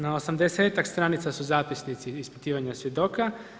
Na 80-ak stranica su zapisnici ispitivanja svjedoka.